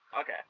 Okay